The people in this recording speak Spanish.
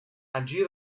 allí